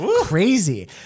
Crazy